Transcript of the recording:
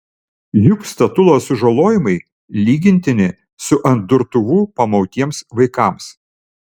juk statulos sužalojimai lygintini su ant durtuvų pamautiems vaikams